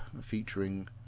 featuring